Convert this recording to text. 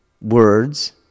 words